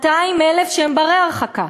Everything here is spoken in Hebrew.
200,000 שהם בני-הרחקה,